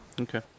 Okay